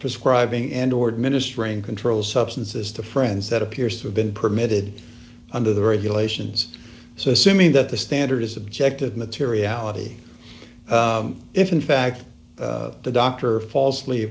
prescribing and ordered ministering controlled substances to friends that appears to have been permitted under the regulations so assuming that the standard is objective materiality if in fact the doctor falsely